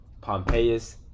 pompeius